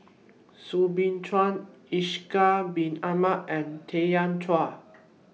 Soo Bin Chua Ishak Bin Ahmad and Tanya Chua